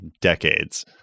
decades